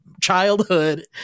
childhood